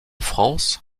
france